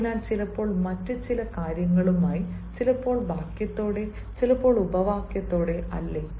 അതിനാൽ ചിലപ്പോൾ മറ്റ് ചില കാര്യങ്ങളുമായി ചിലപ്പോൾ വാക്യത്തോടെ ചിലപ്പോൾ ഉപവാക്യത്തോടെ അല്ലേ